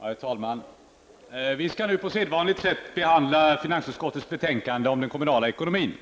Herr talman! Vi skall nu på sedvanligt sätt behandla finansutskottets betänkande om den kommunala ekonomin.